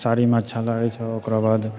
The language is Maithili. साड़ीमे अच्छा लागै छौँ ओकराबाद